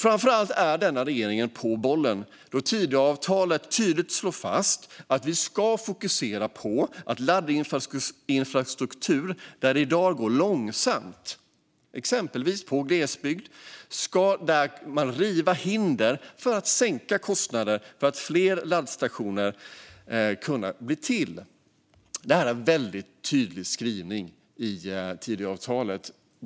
Framför allt är denna regering på bollen, då Tidöavtalet tydligt slår fast att vi ska fokusera på laddinfrastruktur där det i dag går långsamt, exempelvis i glesbygden, där man ska riva hinder för att sänka kostnaderna så att fler laddstationer kan bli till. Detta är en väldigt tydlig skrivning i Tidöavtalet.